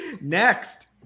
next